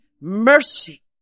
mercy